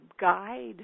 guide